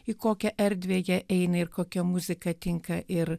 į kokią erdvėje eina ir kokia muzika tinka ir